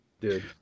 Dude